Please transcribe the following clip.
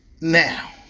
Now